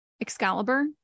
Excalibur